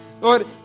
Lord